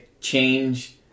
change